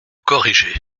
corriger